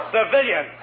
Civilian